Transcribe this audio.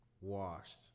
washed